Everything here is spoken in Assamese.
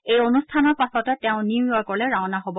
এই অনুষ্ঠানৰ পাছতে তেওঁ নিউয়ৰ্কলৈ ৰাওনা হ'ব